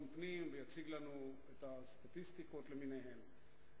פנים ויציג לנו את הסטטיסטיקות למיניהן.